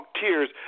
tears